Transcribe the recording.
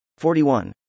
41